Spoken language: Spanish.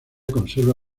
conserva